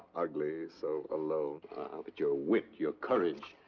ugly, so alone. ah, but your wit, your courage.